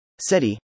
SETI